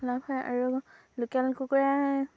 লাভ হয় আৰু লোকেল কুকুৰাই